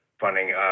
funding